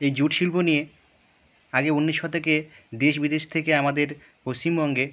এই জুট শিল্প নিয়ে আজকে ঊনিশ শতকে দেশ বিদেশ থেকে আমাদের পশ্চিমবঙ্গে